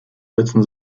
setzen